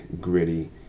gritty